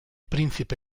príncipe